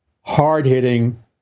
hard-hitting